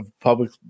public